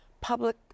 public